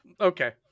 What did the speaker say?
Okay